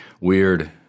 weird